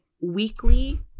weekly